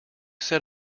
set